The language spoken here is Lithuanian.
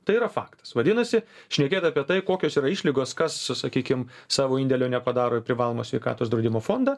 tai yra faktas vadinasi šnekėt apie tai kokios yra išlygos kas susakykim savo indėlio nepadaro į privalomo sveikatos draudimo fondą